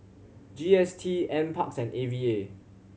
G S T N Parks and A V A